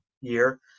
year